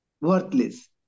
worthless